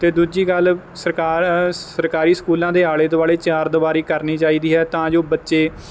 ਅਤੇ ਦੂਜੀ ਗੱਲ ਸਰਕਾਰ ਸਰਕਾਰੀ ਸਕੂਲਾਂ ਦੇ ਆਲੇ ਦੁਆਲੇ ਚਾਰ ਦੀਵਾਰੀ ਕਰਨੀ ਚਾਹੀਦੀ ਹੈ ਤਾਂ ਜੋ ਬੱਚੇ